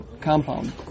compound